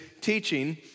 teaching